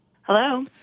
Hello